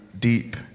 deep